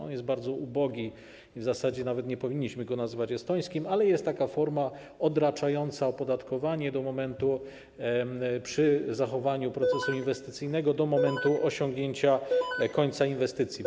On jest bardzo ubogi i w zasadzie nawet nie powinniśmy go nazywać estońskim, ale jest taka forma odraczająca opodatkowanie przy zachowaniu procesu inwestycyjnego do momentu osiągnięcia końca inwestycji.